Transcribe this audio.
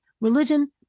religion